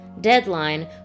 Deadline